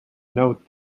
note